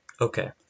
okay